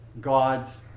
gods